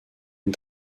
une